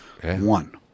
one